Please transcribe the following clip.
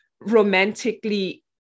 romantically